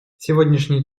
сегодняшний